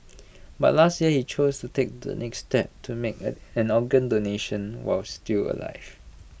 but last year he chose take the next step to make and an organ donation while still alive